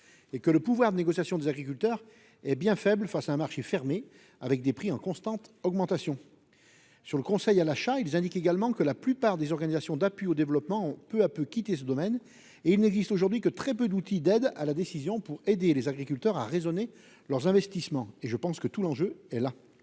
et que le pouvoir de négociation des agriculteurs. Hé bien faible face à un marché fermé avec des prix en constante augmentation. Sur le conseil à l'achat, ils indiquent également que la plupart des organisations d'appui au développement peu à peu quitté ce domaine et il n'existe aujourd'hui que très peu d'outils d'aide à la décision pour aider les agriculteurs à raisonner leurs investissements et je pense que tout l'enjeu est là.